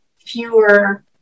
fewer